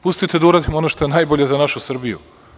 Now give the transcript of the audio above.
Pustite da uradimo ono što je najbolje za našu Srbiju.